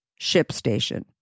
ShipStation